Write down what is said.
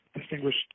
distinguished